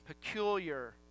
peculiar